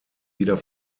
wieder